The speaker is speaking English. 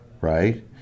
right